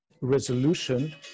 resolution